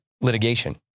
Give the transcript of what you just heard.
litigation